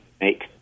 make